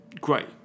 great